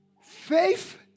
Faith